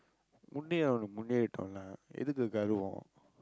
முன்னேறுகிறவன் முன்னேறட்டும்:munneerukiravan muneeratdum lah எதுக்கு கர்வம்:ethukku karvam